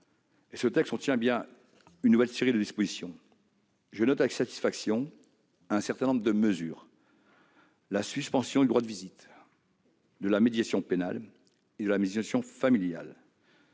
Ce texte contient une série de nouvelles dispositions. Je note avec satisfaction un certain nombre de mesures, comme la suspension du droit de visite, de la médiation pénale et de la médiation familiale.